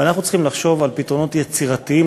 ואנחנו צריכים לחשוב על פתרונות יצירתיים,